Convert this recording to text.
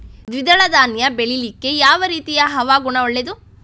ದ್ವಿದಳ ಧಾನ್ಯ ಬೆಳೀಲಿಕ್ಕೆ ಯಾವ ರೀತಿಯ ಹವಾಗುಣ ಒಳ್ಳೆದು?